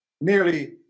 Nearly